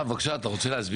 בבקשה, אתה רוצה להסביר?